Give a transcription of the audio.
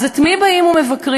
אז את מי באים ומבקרים?